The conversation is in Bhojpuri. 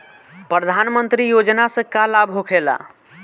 प्रधानमंत्री योजना से का लाभ होखेला?